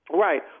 Right